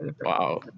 Wow